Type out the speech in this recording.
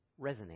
Resonate